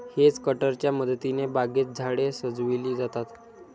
hedge कटरच्या मदतीने बागेत झाडे सजविली जातात